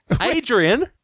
Adrian